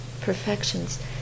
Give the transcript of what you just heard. perfections